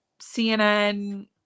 CNN